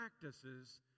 practices